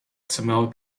tamil